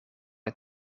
het